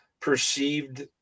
Perceived